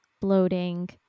bloating